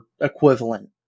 equivalent